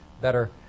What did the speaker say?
better